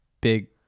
big